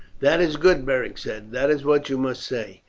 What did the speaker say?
that is good, beric said. that is what you must say.